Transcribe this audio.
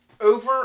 Over